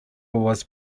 was